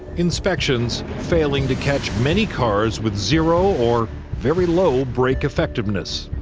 inspections, failing to catch many cars with zero or very low brake effectiveness.